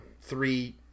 three